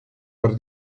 per